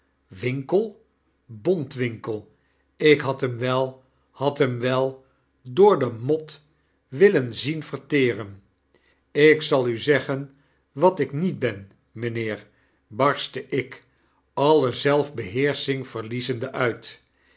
winkel bontwinkel ik had hem wel had hem wel door de mot willen zien verteren ik zal u zeggen wat ik niet ben mijnheer barstte ik aile zelfbeheersching verliezende uit